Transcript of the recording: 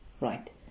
Right